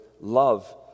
love